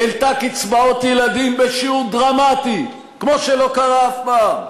העלתה קצבאות ילדים בשיעור דרמטי כמו שלא קרה אף פעם,